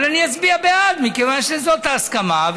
אבל אני אצביע בעד מכיוון שזאת ההסכמה,